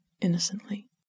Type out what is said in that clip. innocently